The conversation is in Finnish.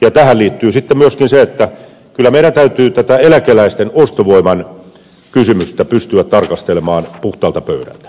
tähän liittyy myöskin se että kyllä meidän täytyy tätä eläkeläisten ostovoiman kysymystä pystyä tarkastelemaan puhtaalta pöydältä